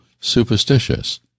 superstitious